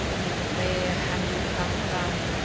and where have you come from?